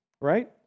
Right